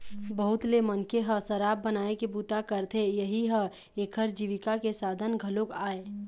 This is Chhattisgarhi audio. बहुत ले मनखे ह शराब बनाए के बूता करथे, इहीं ह एखर जीविका के साधन घलोक आय